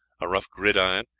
a rough gridiron,